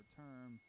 term